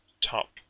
Top